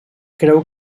creu